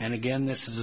and again this is